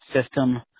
System